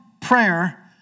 prayer